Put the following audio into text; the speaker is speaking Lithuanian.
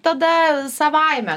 tada savaime